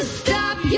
stop